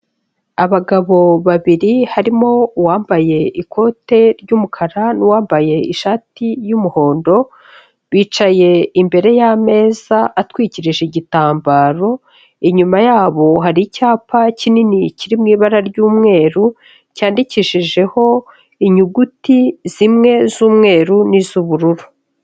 Abagabo babiri harimo uwambaye ikote ry'umukara n'uwambaye ishati y'umuhondo, bicaye imbere y'ameza atwikirije igitambaro, inyuma yabo hari icyapa kinini kiri mu ibara ry'umweru, cyandikishijeho inyuguti zimwe z'umweru n'iz'ubururu.